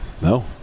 No